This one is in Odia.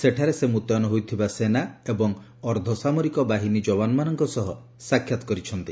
ସେଠାରେ ସେ ମୁତୟନ ହୋଇଥିବା ସେନା ଏବଂ ଅର୍ଦ୍ଧସାମରିକ ବାହିନୀ ଯବାନମାନଙ୍କ ସହ ସାକ୍ଷାତ କରିଛନ୍ତି